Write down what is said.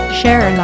share